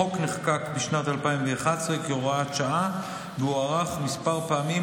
החוק נחקק בשנת 2011 כהוראת שעה והוארך כמה פעמים,